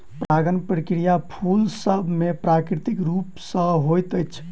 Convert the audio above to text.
परागण प्रक्रिया फूल सभ मे प्राकृतिक रूप सॅ होइत अछि